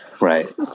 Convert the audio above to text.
Right